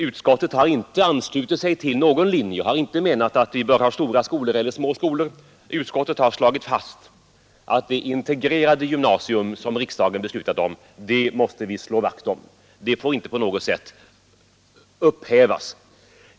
Utskottet har inte anslutit sig till någon linje — tar inte ställning i frågan om skolenheternas storlek — men har betonat att vi måste slå vakt om det integrerade gymnasium som riksdagen beslutat om; det beslutet får inte på något sätt upphävas.